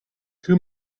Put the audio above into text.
two